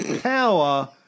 power